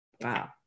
wow